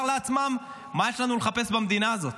לעצמם מה יש לנו לחפש במדינה הזאת,